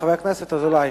חבר הכנסת אזולאי.